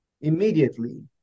immediately